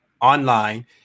online